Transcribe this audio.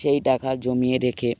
সেই টাকা জমিয়ে রেখে